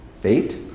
Fate